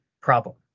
problem